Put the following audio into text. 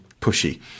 pushy